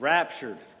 Raptured